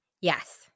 yes